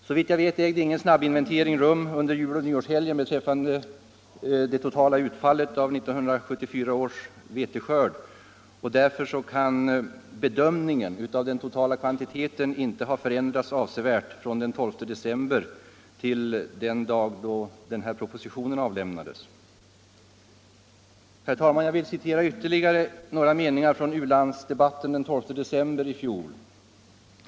Såvitt jag vet ägde ingen snabbinventering rum under juloch nyårshelgerna beträffande det totala utfallet av 1974 års veteskörd och därför kan bedömningen av den totala kvantiteten inte ha förändrats avsevärt från den 12 december 1974 till den dag då propositionen avlämnades. Jag vill citera ytterligare några meningar från u-landsdebatten den 12 december i fjol.